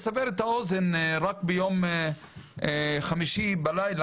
על מנת לסבר את האוזן, רק ביום חמישי בלילה,